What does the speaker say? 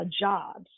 jobs